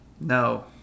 No